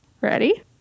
Ready